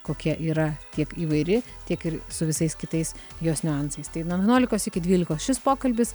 kokia yra tiek įvairi tiek ir su visais kitais jos niuansais tai nuo vienuolikos iki dvylikos šis pokalbis